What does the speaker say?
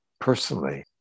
personally